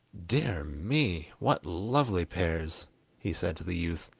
dear me what lovely pears he said to the youth.